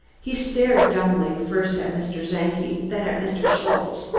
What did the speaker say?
he stared dumbly, first at mr. czenki, then at mr. schultze.